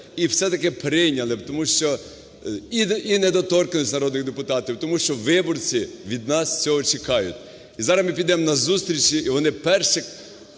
і все-таки прийняли б, тому що… і недоторканність народних депутатів, тому що виборці від нас цього чекають. І зараз ми підемо на зустрічі, і вони перше,